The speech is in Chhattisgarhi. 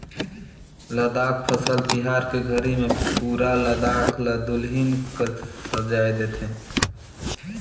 लद्दाख फसल तिहार के घरी मे पुरा लद्दाख ल दुलहिन कस सजाए देथे